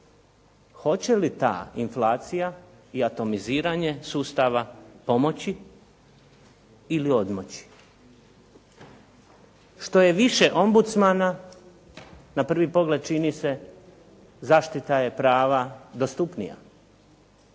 Hoće li ta inflacija i atomiziranje sustava pomoći ili odmoći? Što je više ombudsmana, na prvi pogled čini se zaštita je prava dostupnija,